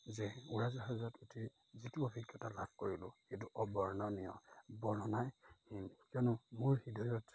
যে উৰাজাহাজত উঠি যিটো অভিজ্ঞতা লাভ কৰিলোঁ সেইটো অবৰ্ণনীয় বৰ্ণনাই কিয়নো মোৰ হৃদয়ত